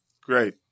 great